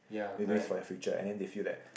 do this for your future and then they feel that